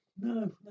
no